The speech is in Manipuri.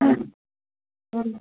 ꯎꯝ